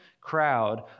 crowd